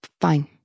fine